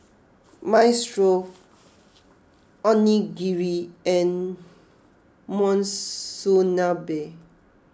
Minestrone Onigiri and Monsunabe